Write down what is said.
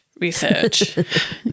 research